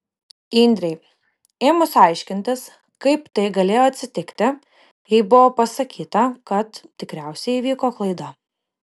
indrei ėmus aiškintis kaip tai galėjo atsitikti jai buvo pasakyta kad tikriausiai įvyko klaida